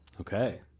Okay